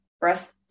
breast